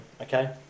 Okay